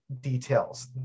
details